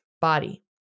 body